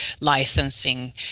licensing